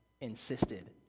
insisted